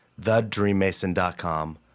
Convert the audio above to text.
thedreammason.com